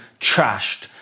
trashed